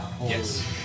Yes